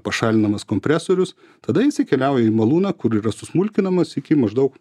pašalinamas kompresorius tada jisai keliauja į malūną kur yra susmulkinamas iki maždaug